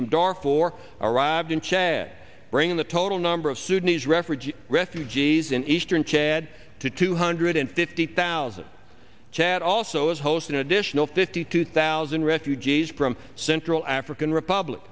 from dar for arrived in chad bringing the total number of sudanese refugees refugees in eastern chad to two hundred and fifty thousand chad also as host an additional fifty two thousand refugees from central african republic